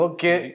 Okay